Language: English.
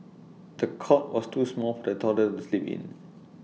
the cot was too small for the toddler to sleep in